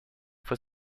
fue